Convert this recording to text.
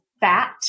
fat